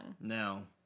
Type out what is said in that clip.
No